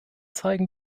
zeigen